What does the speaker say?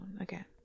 again